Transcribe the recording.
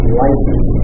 license